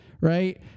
right